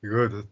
Good